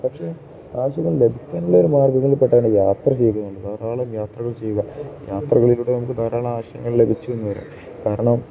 പക്ഷെ ആശയങ്ങൾ ലഭിക്കാനുള്ള മാർഗ്ഗങ്ങളില്പ്പെട്ടതാണ് യാത്ര ചെയ്യുകയെന്നുള്ളത് ധാരാളം യാത്രകൾ ചെയ്യുക യാത്രകളിലൂടെ നമുക്ക് ധാരാളം ആശയങ്ങൾ ലഭിച്ചുവെന്ന് വരാം കാരണം